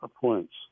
points